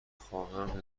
خواهم